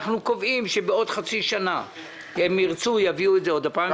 אנחנו קובעים שבעוד חצי שנה אם ירצו יביאו את זה עוד פעם.